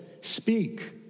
speak